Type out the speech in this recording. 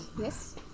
Yes